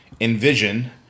Envision